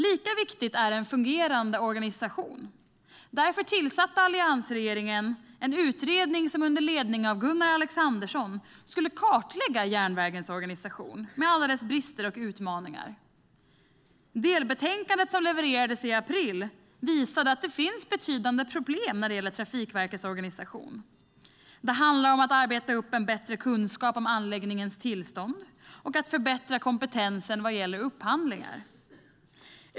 Lika viktigt är en fungerande organisation. Därför tillsatte alliansregeringen en utredning som under ledning av Gunnar Alexandersson skulle kartlägga järnvägens organisation med dess brister och utmaningar. Delbetänkandet som levererades i april visade att det finns betydande problem när det gäller Trafikverkets organisation. Det handlar bland annat om att arbeta upp en bättre kunskap om anläggningens tillstånd och att förbättra kompetensen vad gäller upphandlingar.